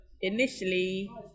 initially